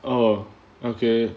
oh okay